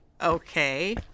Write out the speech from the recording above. Okay